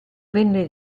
venne